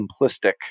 simplistic